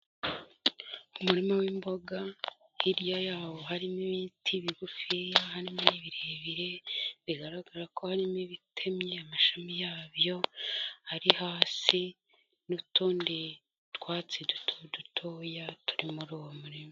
Umurima w'imboga, hirya yawo harimo ibiti bigufiya, harimo n'ibirebire, bigaragara ko harimo ibitemye amashami yabyo, ari hasi n'utundi twatsi duto dutoya, turi muri uwo murima.